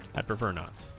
i prefer not